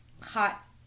hot